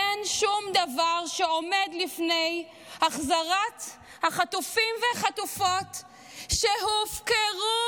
אין שום דבר שעומד לפני החזרת החטופים והחטופות שהופקרו,